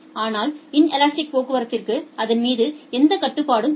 ஆனால் இன்லஸ்ட்டிக் போக்குவரத்துக்கு அதன் மீது எந்த கட்டுப்பாடும் இல்லை